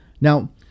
Now